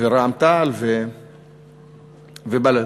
רע"ם-תע"ל ובל"ד.